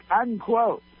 unquote